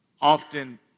often